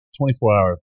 24-hour